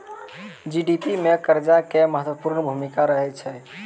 GDP मे कर्जा के महत्वपूर्ण भूमिका रहै छै